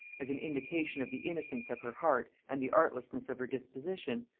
as an indication of the innocence of her heart and the artlessness of her disposition,